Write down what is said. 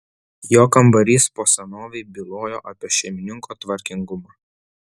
jo kambarys po senovei bylojo apie šeimininko tvarkingumą